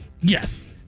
Yes